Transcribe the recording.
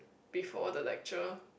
before the lecture